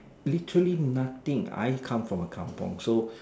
literally I come from a Kampong so